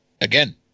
again